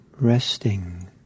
resting